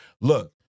look